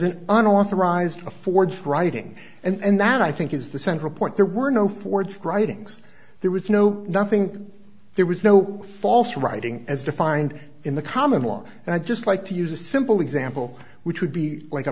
an unauthorized afford writing and that i think is the central point there were no ford writings there was no nothing there was no false writing as defined in the common law and i just like to use a simple example which would be like a